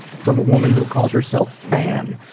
from a woman who calls herself fan.